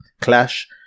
clash